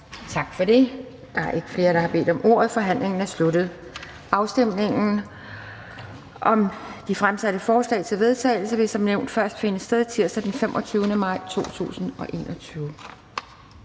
Tak for det. Der er ikke flere, der har bedt om ordet. Forhandlingen er sluttet. Afstemningen om de fremsatte forslag til vedtagelse vil som nævnt først finde sted tirsdag den 25. maj 2021.